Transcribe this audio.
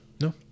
no